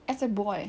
as a boy